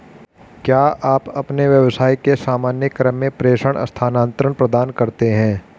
क्या आप अपने व्यवसाय के सामान्य क्रम में प्रेषण स्थानान्तरण प्रदान करते हैं?